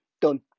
Done